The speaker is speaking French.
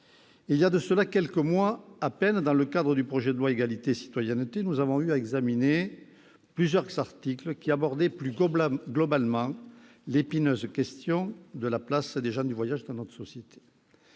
Il y a de cela quelques mois à peine, dans le cadre de la discussion du projet de loi relatif à l'égalité et à la citoyenneté, nous avons eu à examiner plusieurs articles qui abordaient plus globalement l'épineuse question de la place des gens du voyage dans notre société.